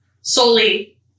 solely